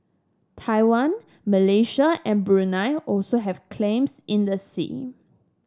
Taiwan Malaysia and Brunei also have claims in the sea